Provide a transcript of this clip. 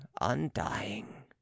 undying